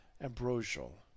ambrosial